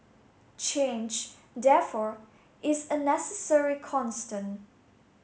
change therefore is a necessary constant